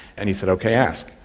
and he said, okay, ask.